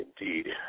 Indeed